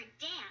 dance